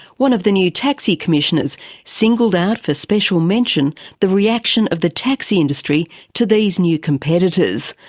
one of the new taxi commissioners singled out for special mention the reaction of the taxi industry to these new competitors.